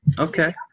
okay